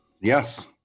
yes